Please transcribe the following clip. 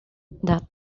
that